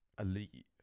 elite